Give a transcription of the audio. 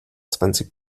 zwanzig